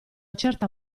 certa